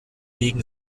wegen